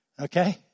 Okay